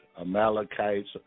Amalekites